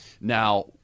Now